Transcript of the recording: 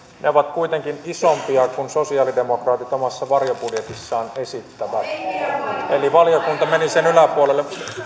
ne ovat kuitenkin isompia kuin sosialidemokraatit omassa varjobudjetissaan esittävät eli valiokunta meni sen yläpuolelle